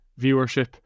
viewership